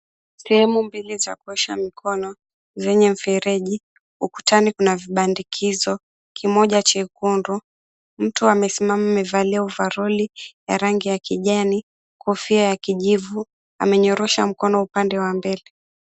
Sehemu mbili za kuosha mikono zenye mfereji, ukutani kuna vibandikizo, kimoja chekundu. Mtu amesimama amevalia ovaroli ya rangi ya kijani, kofia ya kijivu, amenyorosha mkono upande wa mbele.